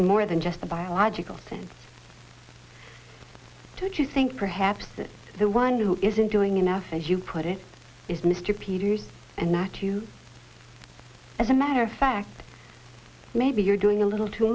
in more than just the biological sense to think perhaps that the one who isn't doing enough as you put it is mr peters and that you as a matter of fact may you're doing a little too